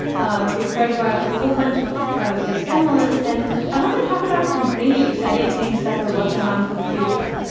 we've heard about a whole bunch of these demos. and i want to talk about some really exciting things that we're working on for the future.